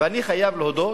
אני חייב להודות